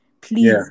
Please